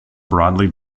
broadly